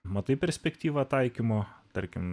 matai perspektyvą taikymo tarkim